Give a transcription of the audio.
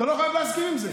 אתה לא חייב להסכים עם זה.